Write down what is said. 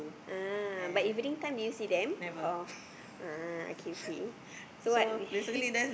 ah but evening time do you see them or ah okay okay so what we